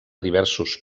diversos